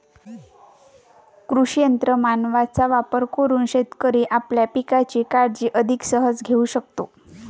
कृषी यंत्र मानवांचा वापर करून शेतकरी आपल्या पिकांची काळजी अगदी सहज घेऊ शकतो